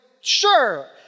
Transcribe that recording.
sure